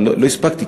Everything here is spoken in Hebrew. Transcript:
לא הספקתי,